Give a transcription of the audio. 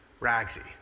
Ragsy